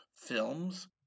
films